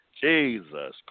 Jesus